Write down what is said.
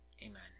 Amen